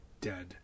dead